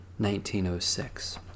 1906